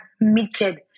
admitted